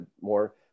more